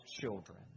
children